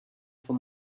for